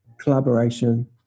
Collaboration